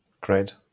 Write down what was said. Great